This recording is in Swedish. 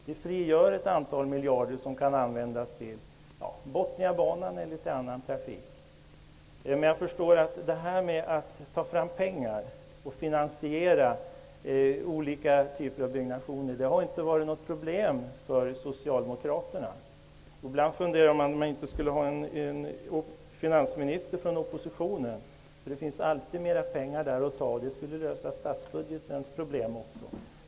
Det frigör ett antal miljarder som kan användas till Men jag förstår att det här med att ta fram pengar och finansiera olika typer av byggnationer inte har varit något problem för Socialdemokraterna. Ibland undrar man om vi inte borde ha en finansminister från oppositionen -- det finns alltid mera pengar att ta där. Det skulle lösa statsbudgetens problem också.